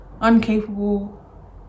uncapable